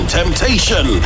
temptation